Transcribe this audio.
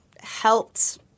helped